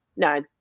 No